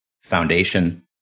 foundation